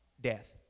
death